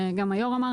וגם היושב-ראש אמר,